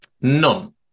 None